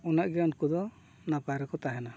ᱩᱱᱟᱹᱜ ᱜᱮ ᱩᱱᱠᱩ ᱫᱚ ᱱᱟᱯᱟᱭ ᱨᱮᱠᱚ ᱛᱟᱦᱮᱱᱟ